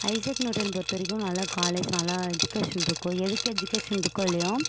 Isaac நியூட்டனை பொறுத்தவரைக்கும் நல்லா காலேஜ் நல்ல எஜுகேஷன் இருக்கும் எதுக்கு எஜுகேஷன் இருக்கோ இல்லையோ